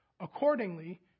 accordingly